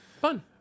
fun